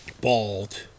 bald